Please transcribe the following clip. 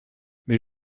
mais